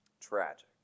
Tragic